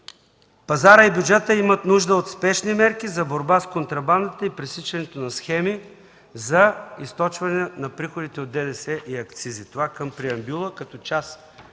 „Пазарът и бюджетът имат нужда от спешни мерки за борба с контрабандата и пресичането на схеми за източване на приходите от ДДС и акцизите.” Това да се отрази към преамбюла като част